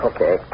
Okay